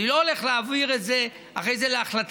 אני לא הולך להעביר את זה אחרי זה להחלטת